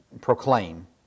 proclaim